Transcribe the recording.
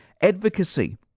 Advocacy